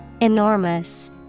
Enormous